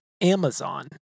Amazon